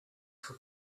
for